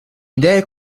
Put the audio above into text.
idee